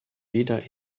weder